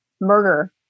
murder